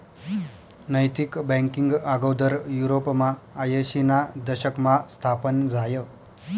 नैतिक बँकींग आगोदर युरोपमा आयशीना दशकमा स्थापन झायं